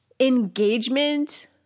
engagement